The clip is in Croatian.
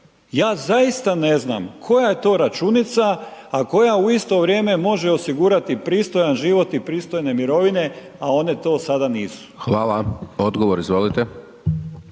Ja zaista ne znam koja je to računica a koja u isto vrijeme može osigurati pristojan život i pristojne mirovine a one to sada nisu. **Hajdaš Dončić,